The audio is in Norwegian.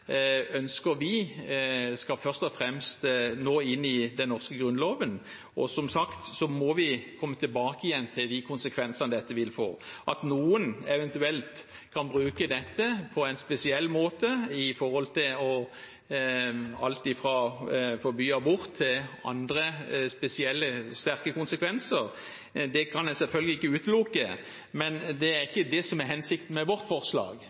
ønsker vi nå først og fremst inn i den norske grunnloven, og vi må som sagt komme tilbake til konsekvensene dette kan få. At noen eventuelt kan bruke dette på en spesiell måte – til alt fra å forby abort til annet med sterke konsekvenser – kan jeg selvfølgelig ikke utelukke. Men det er ikke det som er hensikten med vårt forslag.